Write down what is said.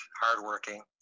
hardworking